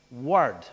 word